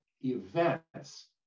events